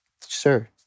Sir